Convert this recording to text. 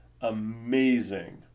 amazing